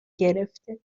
گرفته